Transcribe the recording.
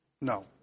No